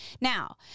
Now